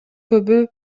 көбү